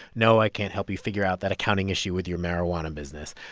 no, i can't help you figure out that accounting issue with your marijuana business.